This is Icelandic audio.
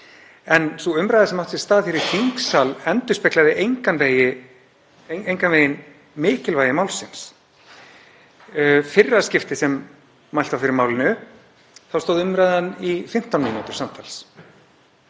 en sú umræða sem átti sér stað hér í þingsal endurspeglaði engan veginn mikilvægi málsins. Í fyrra skiptið sem mælt var fyrir málinu stóð umræðan í 15 mínútur samtals.